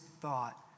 thought